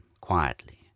quietly